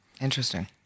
Interesting